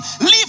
Leave